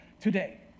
today